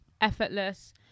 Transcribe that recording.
effortless